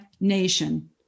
Nation